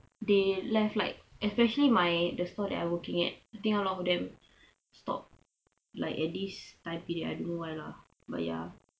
they left like especially my the store I'm working at I think a lot of them stop like at this time period I don't know why lah but ya